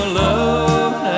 love